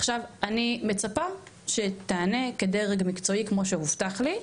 עכשיו אני מצפה שתענה כדרג מקצועי כמו שהובטח לי,